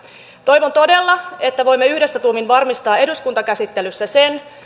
toivon todella että voimme yhdessä tuumin varmistaa eduskuntakäsittelyssä sen